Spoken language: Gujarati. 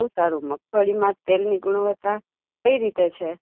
સારું મગફળીમાં તેલ નીકળ્યું હશે કઈ રીતે છે